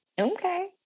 Okay